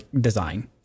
design